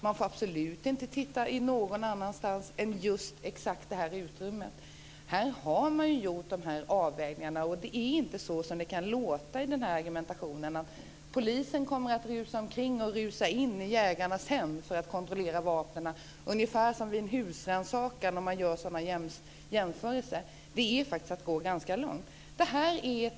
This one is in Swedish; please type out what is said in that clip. Man får absolut inte titta någon annanstans än i just exakt det här utrymmet. Här har man ju gjort de här avvägningarna. Det är inte så som det kan låta i argumentationen: att polisen kommer att rusa in i jägarnas hem för att kontrollera vapnen ungefär som vid en husrannsakan. Att göra sådana jämförelser är faktiskt att gå ganska långt.